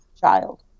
child